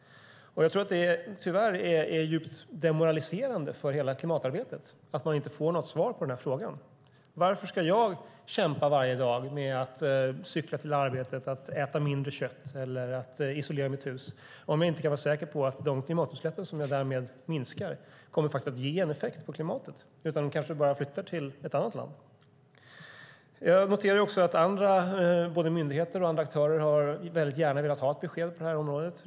Jag tror att det tyvärr är djupt demoraliserande för hela klimatarbetet att man inte får något svar på frågan. Varför ska jag kämpa varje dag med att cykla till arbetet, äta mindre kött eller isolera mitt hus om jag inte kan vara säker på att de klimatutsläpp jag därmed minskar faktiskt kommer att ge en effekt på klimatet utan kanske bara flyttar till ett annat land? Jag noterar också att såväl myndigheter som andra aktörer väldigt gärna har velat ha ett besked på detta område.